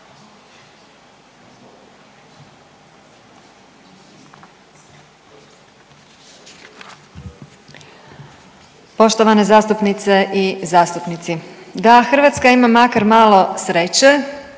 Poštovane zastupnice i zastupnici, da Hrvatska ima makar malo sreće